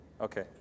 Okay